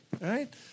Right